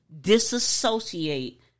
disassociate